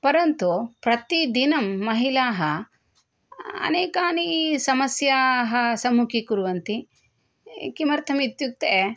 परन्तु प्रतिदिनं महिलाः अनेकाः समस्याः सम्मुखीकुर्वन्ति किमर्थम् इत्युक्ते